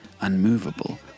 unmovable